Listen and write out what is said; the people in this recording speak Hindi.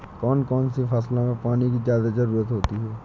कौन कौन सी फसलों में पानी की ज्यादा ज़रुरत होती है?